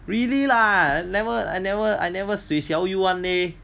really lah I never I never I never suisiao you [one] leh